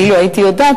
אילו הייתי יודעת,